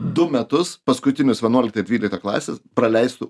du metus paskutinius vienuoliktą ir dvyliktą klasę praleistų